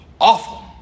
Awful